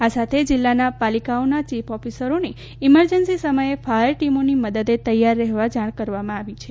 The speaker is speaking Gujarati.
આ સાથે જિલ્લાના પાલિકાઓના ચીફ ઓફિસરોને ઇમરજન્સી સમયે ફાયર ટીમોની મદદે તૈયાર રહેવા જાણ કરવામાં આવી છે